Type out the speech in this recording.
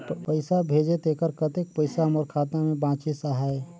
पइसा भेजे तेकर कतेक पइसा मोर खाता मे बाचिस आहाय?